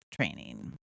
training